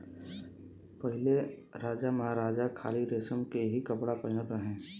पहिले राजामहाराजा खाली रेशम के ही कपड़ा पहिनत रहे